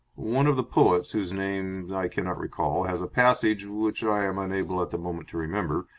one of the poets, whose name i cannot recall, has a passage, which i am unable at the moment to remember,